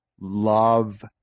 love